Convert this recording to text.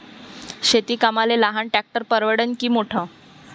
शेती कामाले लहान ट्रॅक्टर परवडीनं की मोठं?